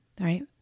right